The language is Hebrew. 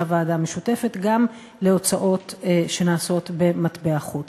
הוועדה המשותפת גם להוצאות שנעשות במטבע חוץ.